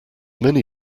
many